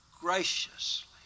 graciously